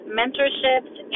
mentorships